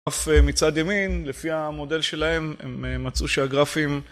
(אף) מצד ימין, לפי המודל שלהם, הם מצאו שהגרפים...